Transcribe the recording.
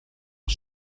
els